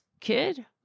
kid